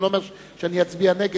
אני לא אומר שאני אצביע נגד,